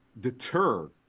deter